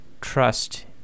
trust